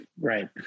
Right